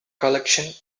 collection